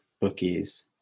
bookies